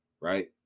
right